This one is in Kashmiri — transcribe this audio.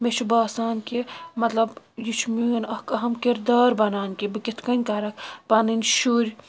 مےٚ چھُ باسان کہِ مطلب یہِ چھُ میون اکھ أہم کردار بَنان کہ بہٕ کِتھ کٔنۍ کرکھ پَنٕنۍ شُرۍ